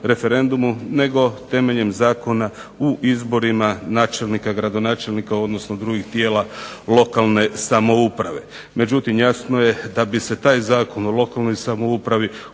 referendumu nego temeljem Zakona u izborima načelnika, gradonačelnika odnosno drugih tijela lokalne samouprave. Međutim jasno je da bi se taj Zakon o lokalnoj samoupravi